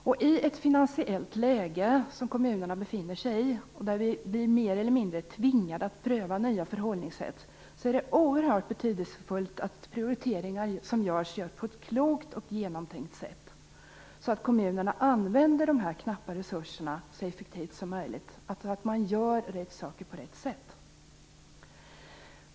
I ett sådant finansiellt läge som kommunerna befinner sig i och när de mer eller mindre tvingas pröva nya förhållningssätt, är det oerhört betydelsefullt att de prioriteringar som görs är kloka och genomtänkta. Då kan kommunerna använda de knappa resurserna så effektivt som möjligt, dvs. göra rätt saker på rätt sätt.